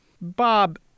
Bob